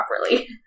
properly